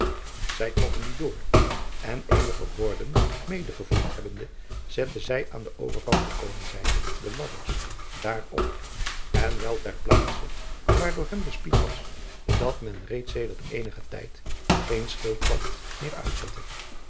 zij trokken die door en eenige horden medegevoerd hebbende zetten zij aan den overkant gekomen zijnde de ladders daar op en wel ter plaatse waar door hem bespied was dat men reeds sedert eenigen tijd geen schildwacht meer uitzette